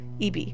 EB